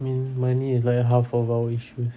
mm money is like half of our issues